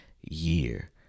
year